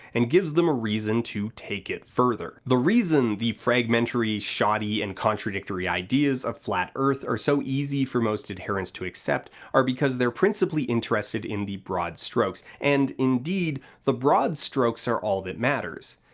and gives them a reason to take it further. the reason the fragmentary, shoddy, and contradictory ideas of flat earth are so easy for most adherents to accept are because they're principally interested in the broad strokes, and, indeed, the broad strokes are all that matters.